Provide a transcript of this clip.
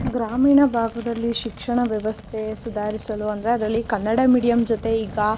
ಗ್ರಾಮೀಣ ಭಾಗದಲ್ಲಿ ಶಿಕ್ಷಣ ವ್ಯವಸ್ಥೆ ಸುಧಾರಿಸಲು ಅಂದರೆ ಅದರಲ್ಲಿ ಕನ್ನಡ ಮೀಡಿಯಮ್ ಜೊತೆ ಈಗ